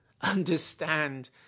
understand